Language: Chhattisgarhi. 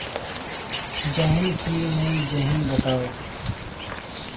जाही की नइ जाही बताव?